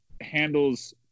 handles